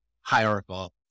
hierarchical